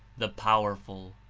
the powerful.